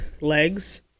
Legs